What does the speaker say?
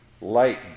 Light